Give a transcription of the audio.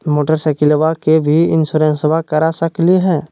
मोटरसाइकिलबा के भी इंसोरेंसबा करा सकलीय है?